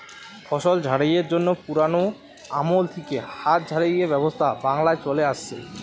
ফসল ঝাড়াইয়ের জন্যে পুরোনো আমল থিকে হাত ঝাড়াইয়ের ব্যবস্থা বাংলায় চলে আসছে